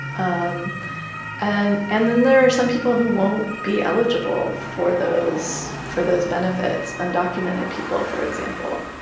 um and and then there are some people who won't be eligible for those for those benefits. undocumented people, for example